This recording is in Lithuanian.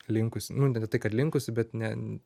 linkus nu ne tai kad linkusi bet ne